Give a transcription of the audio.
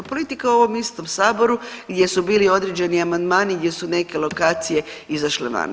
Politika u ovom istom saboru gdje su bili određeni amandmani, gdje su neke lokacije izašle van.